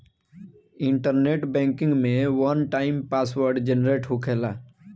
internet banking में one time password generate होखेला